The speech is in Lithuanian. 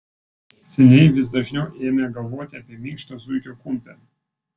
seniai vis dažniau ėmė galvoti apie minkštą zuikio kumpį